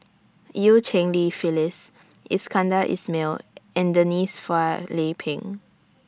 EU Cheng Li Phyllis Iskandar Ismail and Denise Phua Lay Peng